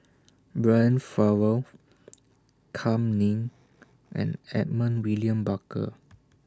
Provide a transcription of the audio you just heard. Brian Farrell Kam Ning and Edmund William Barker